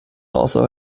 also